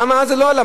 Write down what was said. למה אז זה לא עלה?